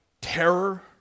terror